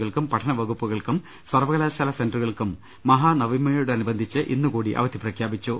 ജുകൾക്കും പഠന വകുപ്പുകൾക്കും സർവകലാശാല സെന്ററുകൾക്കും മഹാനവ മിയോടനുബന്ധിച്ച് ഇന്നു കൂടി അവധി പ്രഖ്യാപിച്ചു